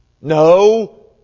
No